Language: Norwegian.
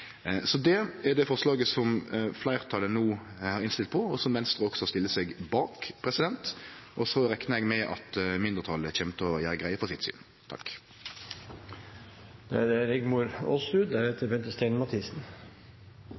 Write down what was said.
Det er det forslaget som fleirtalet no har innstilt på, og som Venstre òg stiller seg bak. Eg reknar med at mindretalet kjem til å gjere greie for sitt syn. At samfunnet digitaliseres, er